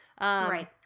Right